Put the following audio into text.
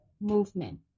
movement